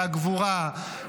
מהגבורה,